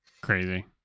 crazy